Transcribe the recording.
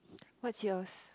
what's yours